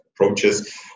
approaches